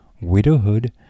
widowhood